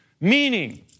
Meaning